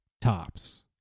tops